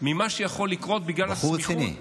ממה שיכול לקרות בגלל הסמיכות, בחור רציני.